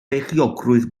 beichiogrwydd